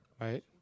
Right